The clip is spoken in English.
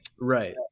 right